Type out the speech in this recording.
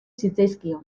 zitzaizkion